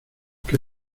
que